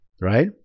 right